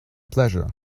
pleasure